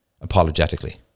apologetically